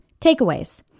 Takeaways